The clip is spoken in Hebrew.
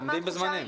עומדים בזמנים.